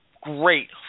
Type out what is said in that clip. great